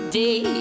day